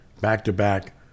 back-to-back